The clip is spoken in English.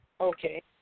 Okay